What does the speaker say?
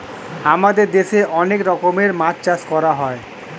আমাদের দেশে অনেক রকমের মাছ চাষ করা হয়